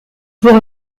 pour